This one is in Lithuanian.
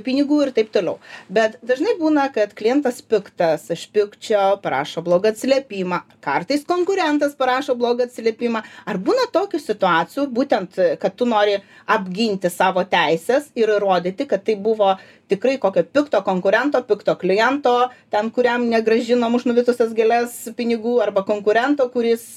pinigų ir taip toliau bet dažnai būna kad klientas piktas iš pykčio parašo blogą atsiliepimą kartais konkurentas parašo blogą atsiliepimą ar būna tokių situacijų būtent kad tu nori apginti savo teises ir įrodyti kad tai buvo tikrai kokio pikto konkurento pikto kliento ten kuriam negrąžinom už nuvytusias gėles pinigų arba konkurento kuris